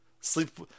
Sleep